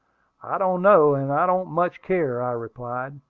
i don't know, and i don't much care, i replied.